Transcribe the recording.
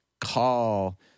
call